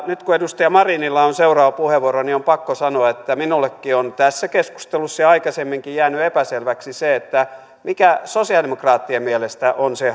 nyt kun edustaja marinilla on seuraava puheenvuoro niin on pakko sanoa että minullekin on tässä keskustelussa ja aikaisemminkin jäänyt epäselväksi se mikä sosialidemokraattien mielestä on se